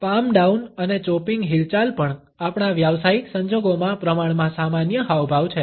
palm down અને chopping હિલચાલ પણ આપણા વ્યાવસાયિક સંજોગોમાં પ્રમાણમાં સામાન્ય હાવભાવ છે